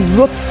look